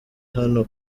hano